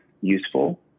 useful